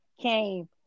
came